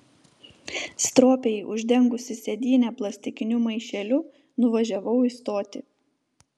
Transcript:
stropiai uždengusi sėdynę plastikiniu maišeliu nuvažiavau į stotį